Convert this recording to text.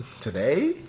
Today